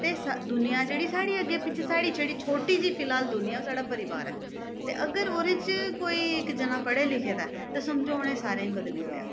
ते दूनियां जेह्ड़ी साढ़ी अग्गें पिच्छें साढ़ी जेह्ड़ी छोटी जेही फिलहाल दूनियां साढ़ा परिवार ऐ ते अगर ओह्दे च कोई इक जनांऽ पढ़े लिखे दा ऐ ते समझो उ'नें सारें ई बदली ओड़ेआ